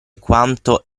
quanto